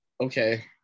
Okay